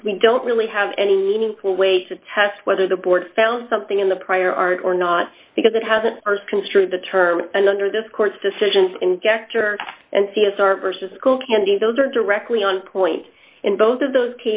because we don't really have any meaningful way to test whether the board found something in the prior art or not because it hasn't construed the term and under this court's decision injector and c s r vs school candy those are directly on point in both of those